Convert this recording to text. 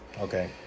okay